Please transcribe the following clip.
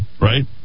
right